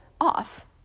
off